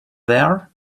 there